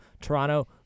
toronto